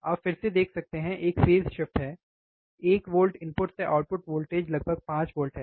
आप फिर से देख सकते हैं एक फेज़ शिफ्ट है एक वोल्ट इनपुट से आउटपुट वोल्टेज लगभग 5 वोल्ट है